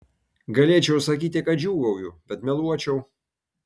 galėčiau sakyti kad džiūgauju bet meluočiau